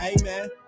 Amen